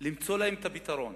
יש למצוא להם את הפתרון